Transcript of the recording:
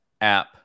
app